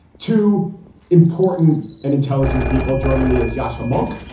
two important and intelligent people. joining me is joshua munk.